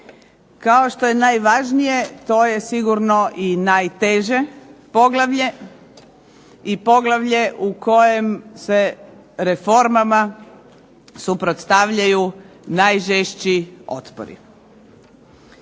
Kao što je najvažnije to je sigurno i najteže poglavlje i poglavlje u kojem se reformama suprotstavljaju najžešći otpori.